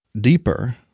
Deeper